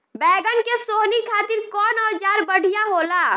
बैगन के सोहनी खातिर कौन औजार बढ़िया होला?